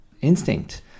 instinct